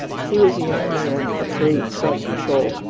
he was a young man of great self-control.